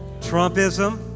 Trumpism